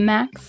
Max